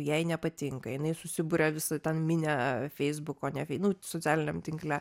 jai nepatinka jinai susiburia visą ten minią ten feisbuko ne fei nu socialiniam tinkle